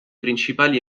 principali